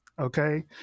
Okay